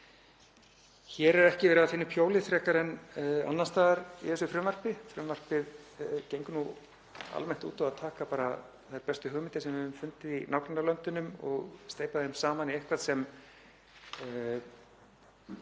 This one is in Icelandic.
Hér er ekki verið að finna upp hjólið frekar en annars staðar í þessu frumvarpi. Frumvarpið gengur almennt út á að taka þær bestu hugmyndir sem við höfum fundið í nágrannalöndunum og steypa þeim saman í eitthvað sem